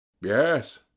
Yes